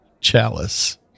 chalice